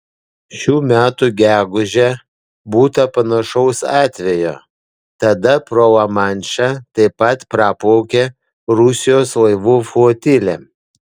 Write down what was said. šių metų gegužę būta panašaus atvejo tada pro lamanšą taip pat praplaukė rusijos laivų flotilė